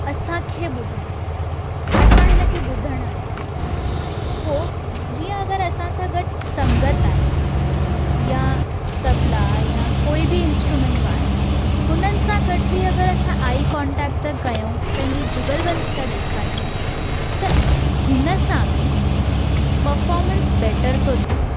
असांखे ॿुधाए थो असां हिन खे ॿुधणु आयां आहियूं पोइ जीअं अगरि असां सां गॾु संगति आहे या तबला आहे या कोई बि इंस्ट्रूमेंट आहे हुननि सां गॾु बि अगरि असां आई कॉनटेक्ट था कयूं पंहिंजी जुगल बंधी था ॾेखारियूं त हिन सां बि पफॉमेंस बेटर थो थिए